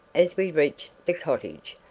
as we reached the cottage.